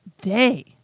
day